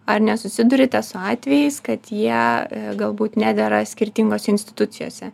ar nesusiduriate su atvejais kad jie galbūt nedera skirtingose institucijose